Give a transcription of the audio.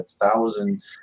thousand